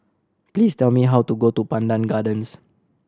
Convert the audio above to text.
please tell me how to go to Pandan Gardens